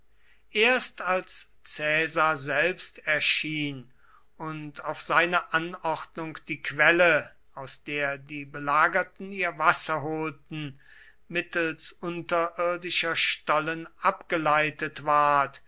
erst als caesar selbst erschien und auf seine anordnung die quelle aus der die belagerten ihr wasser holten mittels unterirdischer stollen abgeleitet ward